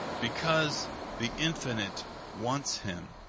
because the infinite wants him.